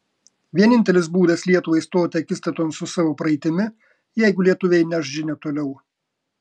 vienintelis būdas lietuvai stoti akistaton su savo praeitimi jeigu lietuviai neš žinią toliau